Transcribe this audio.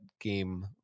game